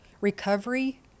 recovery